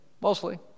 Mostly